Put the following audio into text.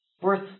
worth